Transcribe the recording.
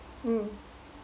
hmm